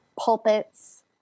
pulpits